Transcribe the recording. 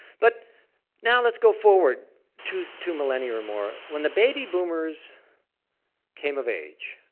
but now let's go forward two two millennia or more. when the baby boomers came of age,